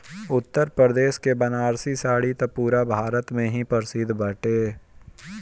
उत्तरप्रदेश के बनारसी साड़ी त पुरा भारत में ही प्रसिद्ध बाटे